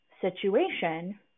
situation